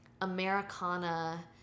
Americana